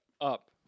up